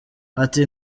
ati